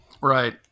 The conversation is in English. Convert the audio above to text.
Right